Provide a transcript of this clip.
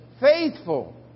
faithful